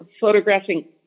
photographing